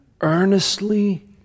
earnestly